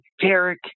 Derek